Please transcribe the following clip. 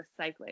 recycling